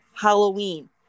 Halloween